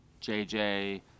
JJ